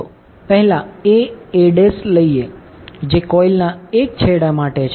ચાલો પહેલા a a'લઈએ જે કોઇલના 1 છેડા માટે છે